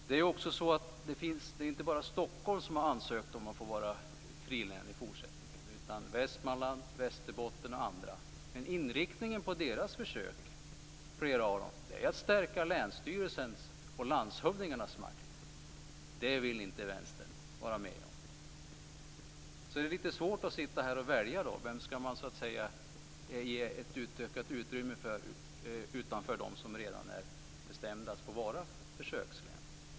Det är inte bara Stockholms län som har ansökt om att få vara frilän i fortsättningen, utan det gäller också Västmanlands län, Västerbottens län och andra. Men inriktningen på flera av deras försök är att stärka länsstyrelsens och landshövdingarnas makt. Det vill inte Vänstern vara med om. Det är litet svårt att sitta här och välja. Vem skall man ge ett utökat utrymme för utöver dem som redan är bestämda att få vara försökslän?